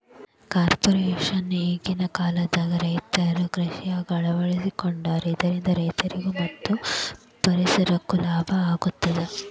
crop rotation ಈಗಿನ ಕಾಲದಾಗು ರೈತರು ಕೃಷಿಯಾಗ ಅಳವಡಿಸಿಕೊಂಡಾರ ಇದರಿಂದ ರೈತರಿಗೂ ಮತ್ತ ಪರಿಸರಕ್ಕೂ ಲಾಭ ಆಗತದ